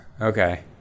Okay